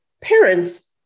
parents